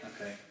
Okay